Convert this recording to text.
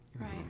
Right